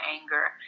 anger